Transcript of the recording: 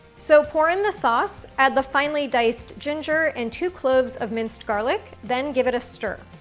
so pour in the sauce, add the finely diced ginger and two cloves of minced garlic, then give it a stir.